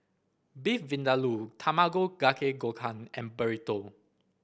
Beef Vindaloo Tamago Kake Gohan and Burrito